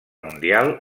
mundial